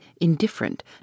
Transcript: indifferent